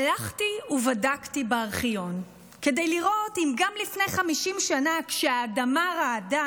הלכתי ובדקתי בארכיון כדי לראות אם גם לפני 50 שנה כשהאדמה רעדה